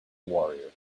warrior